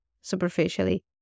superficially